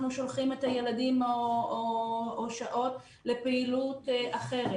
שעות אנחנו שולחים את הילדים לפעילות אחרת.